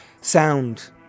sound